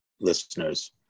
listeners